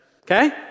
okay